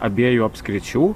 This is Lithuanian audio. abiejų apskričių